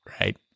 right